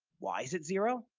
why is it zero?